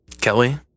Kelly